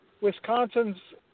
Wisconsin's